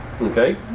Okay